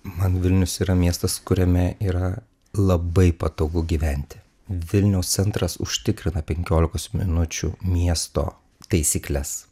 man vilnius yra miestas kuriame yra labai patogu gyventi vilniaus centras užtikrina penkiolikos minučių miesto taisykles